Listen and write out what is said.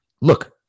look